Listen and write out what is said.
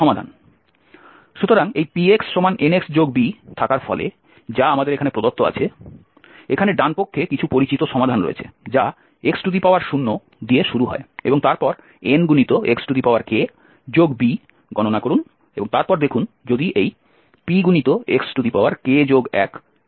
সুতরাং এই Px Nxb থাকার ফলে যা আমাদের এখানে প্রদত্ত আছে এখানে ডানপক্ষে কিছু পরিচিত সমাধান রয়েছে যা x0দিয়ে শুরু হয় এবং তারপর Nxkb গণনা করুন এবং তারপর দেখুন যদি এই Pxk1 এর সমান হয়